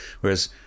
Whereas